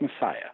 messiah